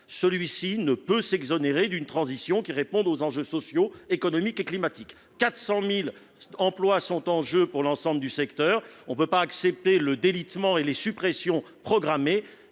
secteur ne peut s'exonérer d'une transition qui réponde aux enjeux sociaux, économiques et climatiques. Quelque 400 000 emplois sont en jeu pour l'ensemble du secteur. Nous ne pouvons pas accepter le délitement et les suppressions programmées.